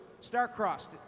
star-crossed